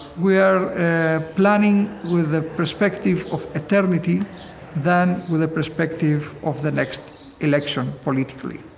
we're planning with the perspective of eternity than with the perspective of the next election politically.